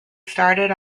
started